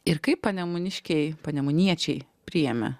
ir kaip panemuniškiai panemuniečiai priėmė